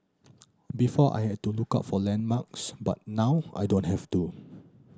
before I had to look out for landmarks but now I don't have to